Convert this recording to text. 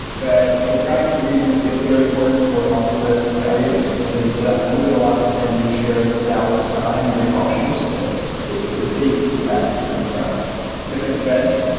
but for practical reasons, it's very important for multi-threaded scenarios, because immutable objects can be shared without any precautions. it's basically safe to access them from different threads.